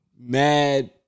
Mad